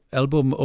album